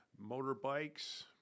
Motorbikes